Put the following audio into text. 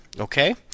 Okay